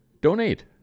donate